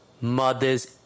mothers